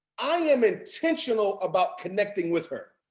i am intentional about connecting with her.